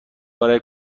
برای